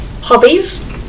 hobbies